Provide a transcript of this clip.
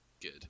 good